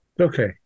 okay